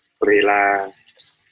relax